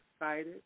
excited